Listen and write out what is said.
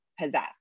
possess